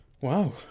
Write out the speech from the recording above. Wow